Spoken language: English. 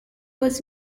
was